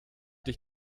dich